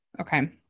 Okay